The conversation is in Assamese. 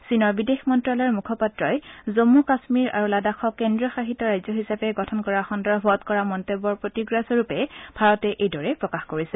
চীনৰ বিদেশ মন্ত্ৰালয়ৰ মুখপাত্ৰই জম্মু কাশ্মীৰ আৰু লাডাখক কেন্দ্ৰীয় শাসিত ৰাজ্য হিচাপে গঠন কৰা সন্দৰ্ভত কৰা মন্তব্যৰ প্ৰতিক্ৰিয়া স্বৰূপে ভাৰতে এইদৰে প্ৰকাশ কৰিছে